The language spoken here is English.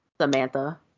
Samantha